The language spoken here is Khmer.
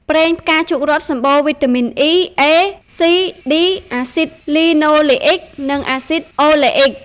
ប្រេងផ្កាឈូករ័ត្ន សម្បូរវីតាមីន E, A, C, D អាស៊ីដលីណូលេអ៊ិក និងអាស៊ីដអូលេអ៊ិក។